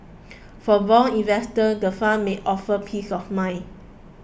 for bond investors the fund may offer peace of mind